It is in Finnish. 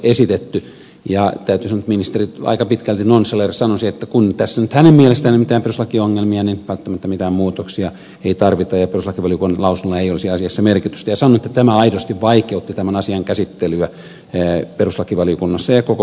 täytyy sanoa että ministeri aika pitkälti nonsaleerasi sanoessaan että kun tässä nyt hänen mielestään ei ole mitään perustuslakiongelmia niin välttämättä mitään muutoksia ei tarvita ja perustuslakivaliokunnan lausunnolla ei olisi asiassa merkitystä ja sanon että tämä aidosti vaikeutti tämän asian käsittelyä perustuslakivaliokunnassa ja koko eduskunnassa